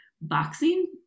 boxing